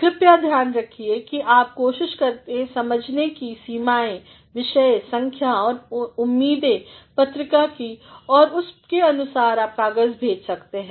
कृपया ध्यान रखिए कि आप कोशिश करें समझने का सीमाएं विषय संख्या और उम्मीदें पत्रिका की और उसके अनुसार आप कागज़ भेज सकते हैं